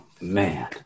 Man